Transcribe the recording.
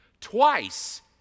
Twice